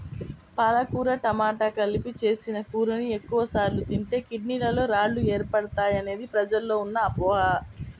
పాలకూర టమాట కలిపి చేసిన కూరని ఎక్కువ సార్లు తింటే కిడ్నీలలో రాళ్లు ఏర్పడతాయనేది ప్రజల్లో ఉన్న అపోహ